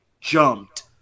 jumped